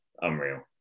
unreal